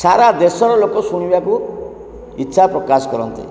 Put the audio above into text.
ସାରା ଦେଶର ଲୋକ ଶୁଣିବାକୁ ଇଚ୍ଛା ପ୍ରକାଶ କରନ୍ତି